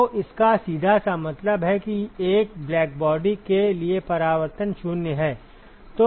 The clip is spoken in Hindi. तो इसका सीधा सा मतलब है कि एक ब्लैकबॉडी के लिए परावर्तन 0 है